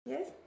Yes